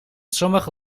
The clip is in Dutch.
sommige